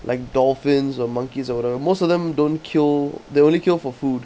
like dolphins or monkeys or whatever most of them don't kill they only kill for food